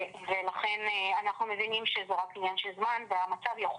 ולכן אנחנו מבינים שזה רק עניין של זמן והמצב יכול